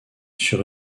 sur